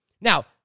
Now